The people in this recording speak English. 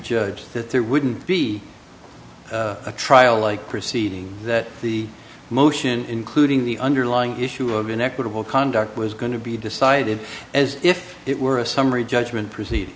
judge that there wouldn't be a trial like proceeding that the motion including the underlying issue of inequitable conduct was going to be decided as if it were a summary judgment proceed